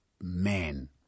Man